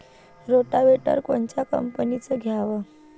Rotavator कोनच्या कंपनीचं घ्यावं?